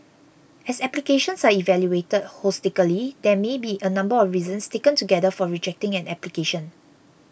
as applications are evaluated holistically there may be a number of reasons taken together for rejecting an application